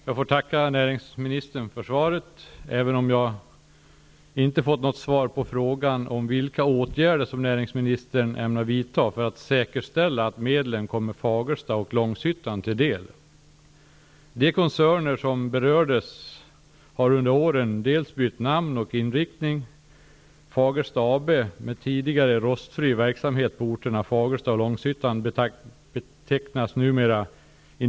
Fru talman! Jag tackar näringsministern för svaret, även om jag inte har fått något svar på frågan om vilka åtgärder näringsministern ämnar vidta för att säkerställa att medlen kommer Fagersta och De koncerner som berördes har under åren bytt namn och inriktning på verksamheten. Fagersta Kinnevik.